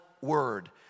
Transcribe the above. word